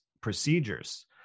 procedures